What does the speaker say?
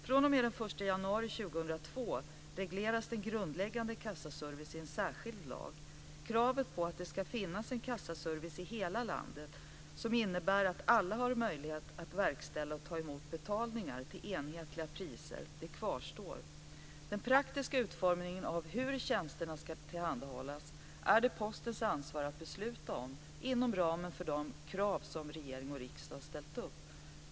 fr.o.m. den 1 januari 2002 regleras den grundläggande kassaservicen i en särskild lag. Kravet på att det ska finnas en kassaservice i hela landet som innebär att alla har möjlighet att verkställa och ta emot betalningar till enhetliga priser kvarstår. Den praktiska utformningen av hur tjänsterna ska tillhandahållas är det Postens ansvar att besluta om inom ramen för de ställda kraven.